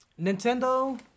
Nintendo